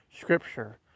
scripture